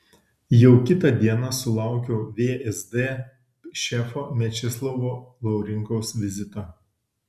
jau kitą dieną sulaukiau vsd šefo mečislovo laurinkaus vizito